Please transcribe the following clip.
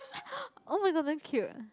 oh my god damn cute